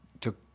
took